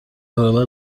برابر